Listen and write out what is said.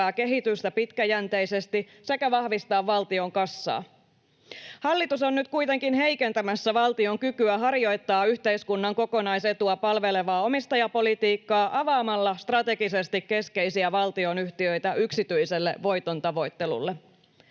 kehitystä pitkäjänteisesti sekä vahvistaa valtion kassaa. Hallitus on nyt kuitenkin heikentämässä valtion kykyä harjoittaa yhteiskunnan kokonaisetua palvelevaa omistajapolitiikkaa avaamalla strategisesti keskeisiä valtionyhtiöitä yksityiselle voitontavoittelulle.